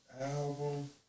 Album